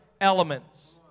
elements